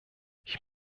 ich